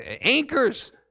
anchors